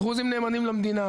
דרוזים נאמנים למדינה,